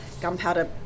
Gunpowder